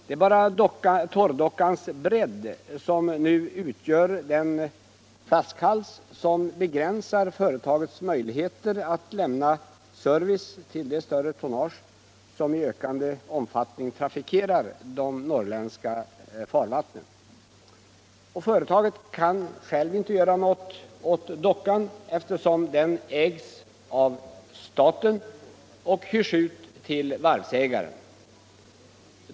Endast torrdockans bredd utgör nu den flaskhals som begränsar företagets möjligheter att lämna service till det större tonnage som i ökande omfattning trafikerar de norrländska farvattnen. Företaget kan inte göra något åt dockan, eftersom den ägs av staten och hyrs av varvsägaren.